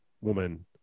woman